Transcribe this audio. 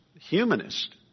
humanist